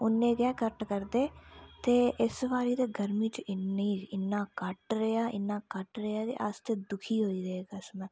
उन्ने गै कट करदे ते इस बारी ते गर्मी च इन्नाी इन्ना कट रेहा इन्ना कट रेहा ते अस ते दुखी होई गेदे कसमै